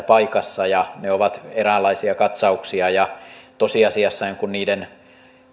paikassa ja ne ovat eräänlaisia katsauksia ja tosiasiassa niiden